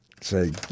say